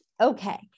Okay